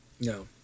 No